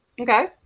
Okay